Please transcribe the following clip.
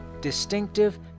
distinctive